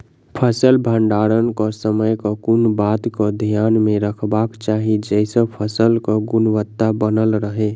फसल भण्डारण केँ समय केँ कुन बात कऽ ध्यान मे रखबाक चाहि जयसँ फसल केँ गुणवता बनल रहै?